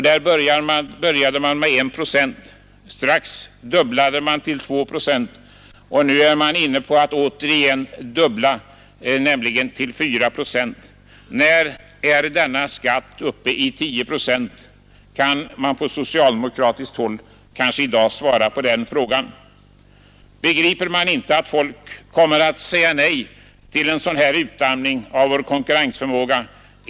Där började man med 1 procent, därefter dubblade man till 2 procent och nu är man inne på att återigen dubbla, nämligen till 4 procent. När är denna skatt uppe i 10 procent? Kan socialdemokraterna kanske i dag svara på den frågan? Begriper man inte att folk kommer att säga nej till en sådan utarmning av vår konkurrensförmåga?